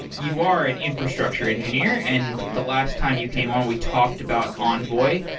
you are an infrastructure engineer and the last time you came on we talked about envoy,